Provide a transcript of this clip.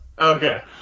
Okay